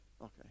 Okay